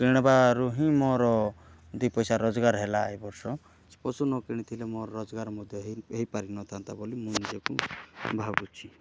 କିଣିବାରୁ ହିଁ ମୋର ଦି ପଇସା ରୋଜଗାର ହେଲା ଏଇବର୍ଷ ସେ ପଶୁ ନକିଣିଥିଲେ ମୋର ରୋଜଗାର ମଧ୍ୟ ହେଇ ପାରିନଥାନ୍ତା ବୋଲି ମୁଁ ନିଜକୁ ଭାବୁଛି